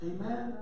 Amen